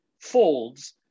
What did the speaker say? folds